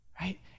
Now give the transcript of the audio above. right